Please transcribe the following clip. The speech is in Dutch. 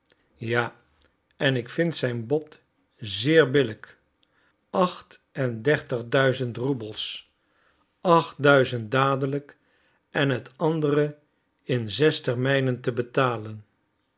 ja en ik vind zijn bod zeer billijk acht en dertig duizend roebels acht duizend dadelijk en het andere in zes termijnen te betalen